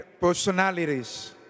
personalities